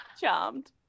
charmed